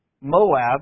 Moab